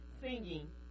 singing